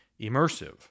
immersive